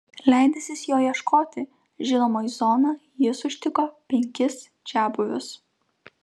leidęsis jo ieškoti žinoma į zoną jis užtiko penkis čiabuvius